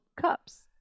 cups